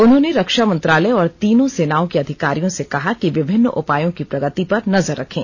उन्होंने रक्षा मंत्रालय और तीनों सेनाओं के अधिकारियों से कहा कि विभिन्न उपायों की प्रगति पर नजर रखें